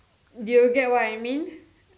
do you get what I mean